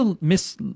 Miss